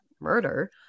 murder